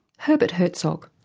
herbert herzog.